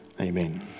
amen